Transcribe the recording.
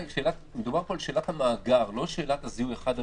מדובר על שאלת המאגר - לא שאלת הזיהוי.